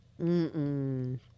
Mm-mm